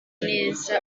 neza